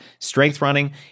STRENGTHRUNNING